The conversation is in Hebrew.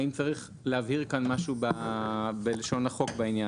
האם צריך להבהיר כאן משהו בלשון החוק בעניין הזה.